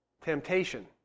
temptation